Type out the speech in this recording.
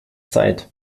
zeit